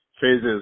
phases